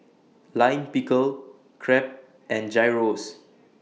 Lime Pickle Crepe and Gyros